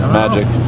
magic